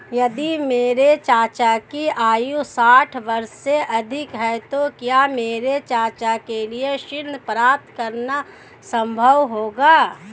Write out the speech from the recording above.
यदि मेरे चाचा की आयु साठ वर्ष से अधिक है तो क्या मेरे चाचा के लिए ऋण प्राप्त करना संभव होगा?